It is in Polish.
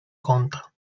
kąta